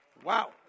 Wow